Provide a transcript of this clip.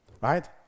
Right